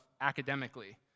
academically